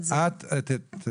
אני חוקרת מאז עופרת